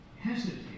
hesitate